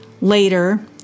Later